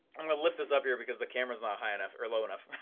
i'm gonna lift this up here because the camera's not high enough, or low enough.